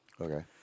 Okay